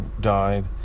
died